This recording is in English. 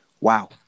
wow